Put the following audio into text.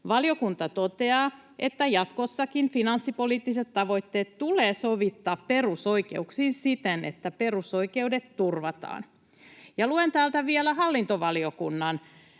Valiokunta toteaa, että jatkossakin finanssipoliittiset tavoitteet tulee sovittaa perusoikeuksiin siten, että perusoikeudet turvataan.” Ja luen vielä täältä hallintovaliokunnan